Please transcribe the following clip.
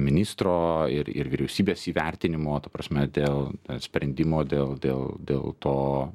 ministro ir ir vyriausybės įvertinimo ta prasme dėl sprendimo dėl dėl dėl to